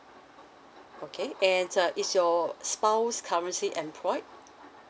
okay and uh is your spouse currently employed